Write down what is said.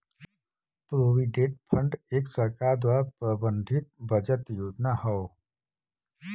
provident fund एक सरकार द्वारा प्रबंधित बचत योजना हौ